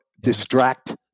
distract